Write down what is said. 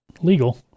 legal